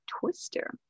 Twister